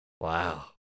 Wow